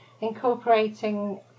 incorporating